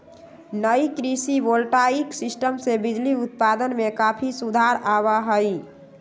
नई कृषि voltaic system से बिजली उत्पादन में काफी सुधार आवा हई